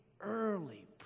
early